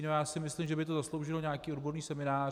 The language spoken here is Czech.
Já si myslím, že by to zasloužilo nějaký odborný seminář.